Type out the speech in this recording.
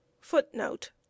footnote